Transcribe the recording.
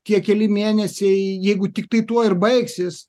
tie keli mėnesiai jeigu tiktai tuo ir baigsis